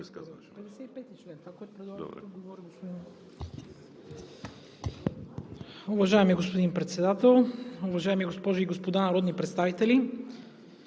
Уважаеми господин Председател, уважаеми госпожи и господа народни представители!